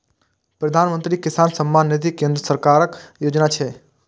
प्रधानमंत्री किसान सम्मान निधि केंद्र सरकारक योजना छियै